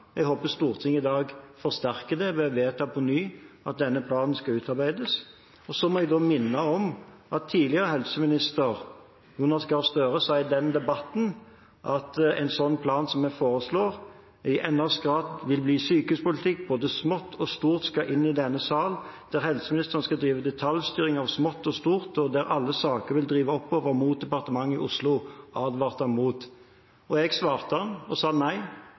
Jeg håper Stortinget i dag forsterker det ved å vedta på ny at denne planen skal utarbeides. Så må jeg minne om at tidligere helseminister, Jonas Gahr Støre, sa i den debatten at en sånn plan som vi foreslår, i enda større grad vil bli sykehuspolitikk – både smått og stort skal inn i denne salen, der helseministeren skal drive detaljstyring av smått og stort, og der alle saker vil drive oppover mot departementet i Oslo. Det advarte han mot. Jeg svarte ham og sa nei,